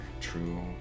true